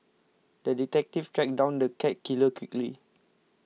the detective tracked down the cat killer quickly